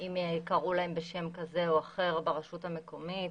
אם קראו להם בשם כזה או אחר ברשות המקומית